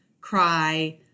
cry